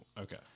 Okay